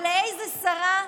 ולאיזו שרה?